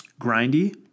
grindy